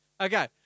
okay